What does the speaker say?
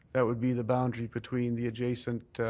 that would be the boundary between the adjacent